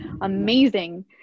amazing